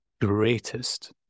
greatest